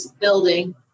building